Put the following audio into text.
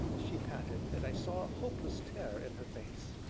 she panted, and i saw a hopeless terror in her face.